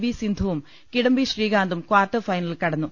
V സിന്ധുവും കിടംബി ശ്രീകാന്തും quarter ഫൈനലിൽ കടന്നു